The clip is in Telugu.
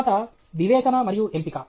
తర్వాత వివేచన మరియు ఎంపిక